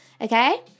Okay